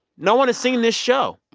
no one has seen this show.